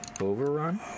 Overrun